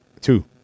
Two